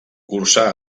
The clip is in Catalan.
cursà